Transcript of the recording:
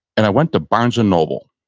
and i went to barnes and noble.